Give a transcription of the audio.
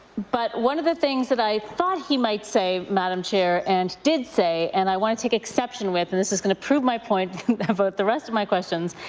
but one of the things that i thought he might say, madam chair, and did say, and i want to take exception with, and this is going to prove my point about the rest of my questions,